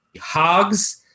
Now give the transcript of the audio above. Hogs